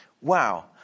Wow